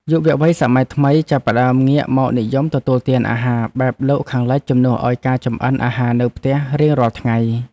យុវវ័យសម័យថ្មីចាប់ផ្តើមងាកមកនិយមទទួលទានអាហារបែបលោកខាងលិចជំនួសឱ្យការចម្អិនអាហារនៅផ្ទះរៀងរាល់ថ្ងៃ។